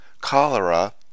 cholera